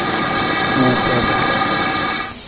ऊपर